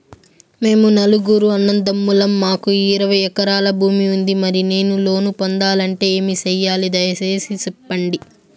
మేము నలుగురు అన్నదమ్ములం మాకు ఇరవై ఎకరాల భూమి ఉంది, మరి నేను లోను పొందాలంటే ఏమి సెయ్యాలి? దయసేసి సెప్పండి?